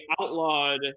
outlawed